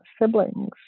siblings